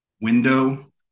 window